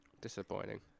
Disappointing